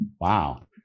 wow